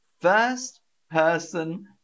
first-person